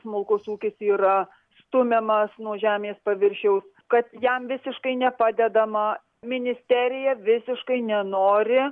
smulkus ūkis yra stumiamas nuo žemės paviršiaus kad jam visiškai nepadedama ministerija visiškai nenori